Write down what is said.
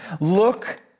look